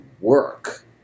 work